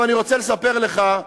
אני רוצה לספר לך,